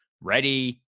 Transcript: Ready